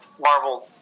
Marvel